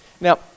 Now